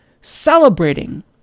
celebrating